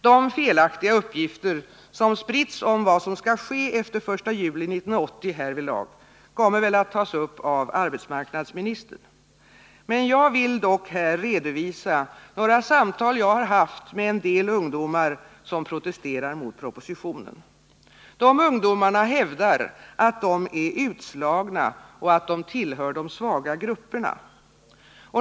De felaktiga uppgifter som spritts om vad som härvidlag skall ske efter den 1 juli 1980 kommer väl att tas upp av arbetsmarknadsministern, men jag vill dock redovisa några samtal jag haft med en del ungdomar som protesterar mot propositionen. Dessa ungdomar hävdar att de är utslagna och att de tillhör de svaga grupperna.